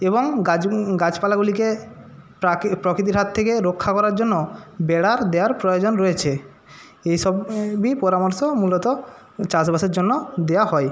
এবং গাছ গাছপালাগুলিকে প্রকৃতির হাত থেকে রক্ষা করার জন্য বেড়ার দেওয়ার প্রয়োজন রয়েছে এই সব পরামর্শ মূলত চাষবাসের জন্য দেয়া হয়